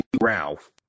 Ralph